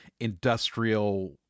industrial